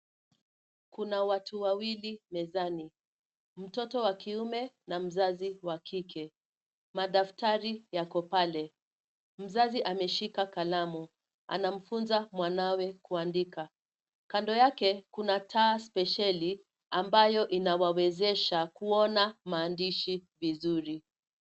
Kuna watu wawili mezani, mtoto wa kiume na mzazi wa kike, madaftari yako pale. Mzazi ameshika kalamu, anamfunza mwanawe kuandika, kando yake kuna taa spesheli ambayo inawawezesha kuona maandishi vizuri.